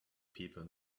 people